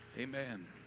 Amen